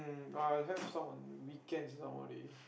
but I have some on weekends some of the day